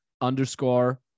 underscore